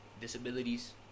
Disabilities